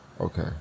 Okay